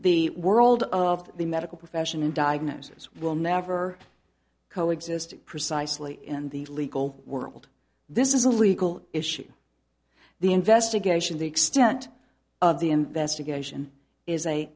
the world of the medical profession in diagnosis will never co exist precisely in the legal world this is a legal issue the investigation the extent of the investigation is a